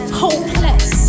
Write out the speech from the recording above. hopeless